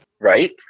Right